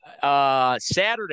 Saturday